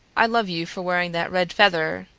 i love you for wearing that red feather,